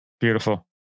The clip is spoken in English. Beautiful